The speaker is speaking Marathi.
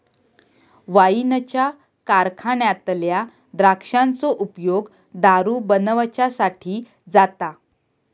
वाईनच्या कारखान्यातल्या द्राक्षांचो उपयोग दारू बनवच्यासाठी जाता